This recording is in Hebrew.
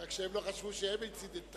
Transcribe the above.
רק שהם לא חשבו שהם אינצידנטלים.